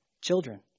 children